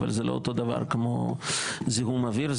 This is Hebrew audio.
אבל זה לא אותו דבר כמו זיהום אוויר.